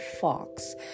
Fox